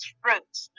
fruits